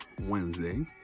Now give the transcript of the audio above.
Wednesday